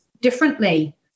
differently